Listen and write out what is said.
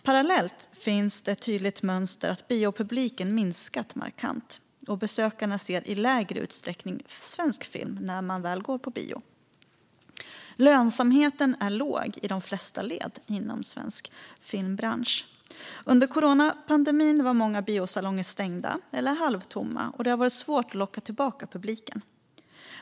Parallellt är det ett tydligt mönster att biopubliken minskar markant och att besökarna i mindre utsträckning ser svensk film när man väl går på bio. Lönsamheten är låg i de flesta led inom svensk filmbransch. Under coronapandemin var många biosalonger stängda eller halvtomma, och det har varit svårt att locka tillbaka publiken.